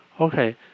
Okay